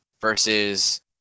versus